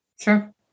Sure